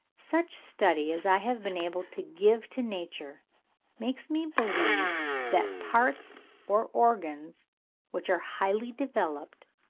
such study as i have been able to give to nature makes me believe that parts or organs which are highly developed,